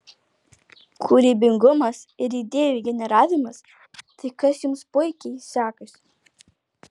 kūrybingumas ir idėjų generavimas tai kas jums puikiai sekasi